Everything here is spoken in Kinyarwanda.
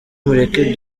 mureke